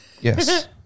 Yes